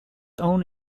own